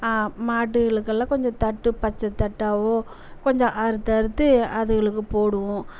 மாடுகளுக்கு எல்லாம் கொஞ்சம் தட்டு பச்சை தட்டாவோ கொஞ்சம் அறுத்து அறுத்து அதுங்களுக்கு போடுவோம்